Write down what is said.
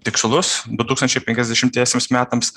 tikslus du tūkstančiai penkiasdešimtiesiems metams